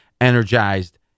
energized